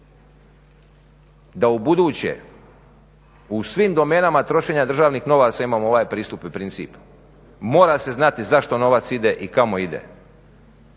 da u buduće u svim domenama trošenja državnih novaca imamo ovaj pristup i princip. Mora se znati zašto novac ide i kamo ide.